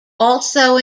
also